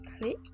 click